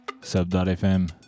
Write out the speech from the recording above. Sub.fm